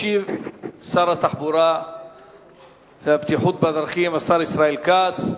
ישיב שר התחבורה והבטיחות בדרכים, השר ישראל כץ.